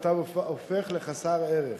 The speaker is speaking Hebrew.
התו הופך לחסר ערך.